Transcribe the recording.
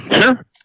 Sure